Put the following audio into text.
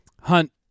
Hunt